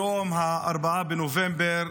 היום, 4 בנובמבר,